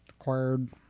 acquired